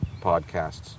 podcasts